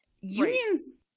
unions